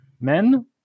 men